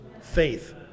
faith